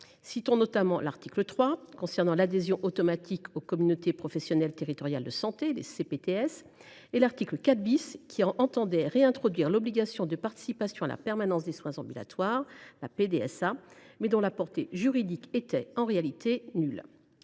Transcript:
Citons notamment l’article 3, concernant l’adhésion automatique aux communautés professionnelles territoriales de santé (CPTS), et l’article 4 , qui prévoyait de réintroduire l’obligation de participation à la permanence des soins ambulatoires (PDSA), mais dont la portée juridique était en réalité nulle.